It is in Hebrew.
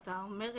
אתה מרגיש